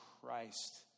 Christ